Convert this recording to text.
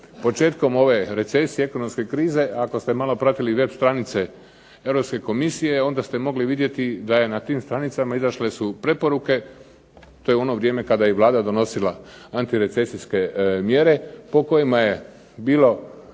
Početkom ove recesije, ekonomske krize ako ste malo pratili web stranice Europske komisije onda ste mogli vidjeti da je na tim stranicama izašle su preporuke. To je u ono vrijeme kada je i Vlada donosila antirecesijske mjere po kojima je bilo